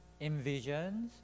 envisions